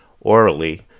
Orally